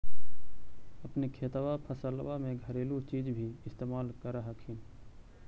अपने खेतबा फसल्बा मे घरेलू चीज भी इस्तेमल कर हखिन?